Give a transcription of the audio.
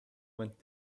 went